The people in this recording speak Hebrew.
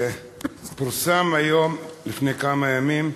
פורסם היום, לפני כמה ימים,